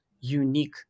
unique